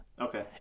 Okay